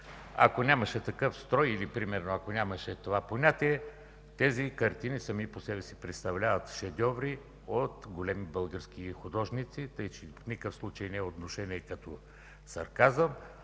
ако нямаше такъв строй или примерно ако нямаше това понятие, картините сами по себе си представляват шедьоври от големи български художници. В никакъв случай не е от внушение, като сарказъм,